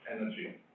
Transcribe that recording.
energy